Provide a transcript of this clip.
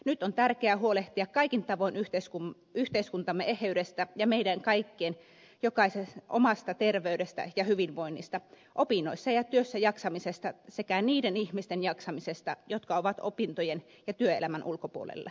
nyt on tärkeää huolehtia kaikin tavoin yhteiskuntamme eheydestä ja meidän kaikkien terveydestä ja hyvinvoinnista opinnoissa ja työssä jaksamisesta sekä niiden ihmisten jaksamisesta jotka ovat opintojen ja työelämän ulkopuolella